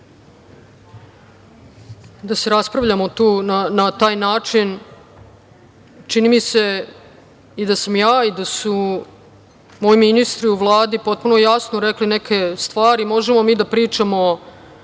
da se raspravljamo na taj način, čini mi se i da sam ja i da su moji ministri u Vladi potpuno jasno rekli neke stvari. Možemo mi da pričamo